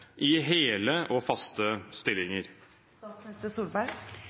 i hele og faste